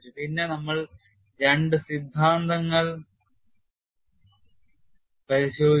പിന്നെ നമ്മൾ രണ്ട് സിദ്ധാന്തങ്ങൾ പരിശോധിച്ചു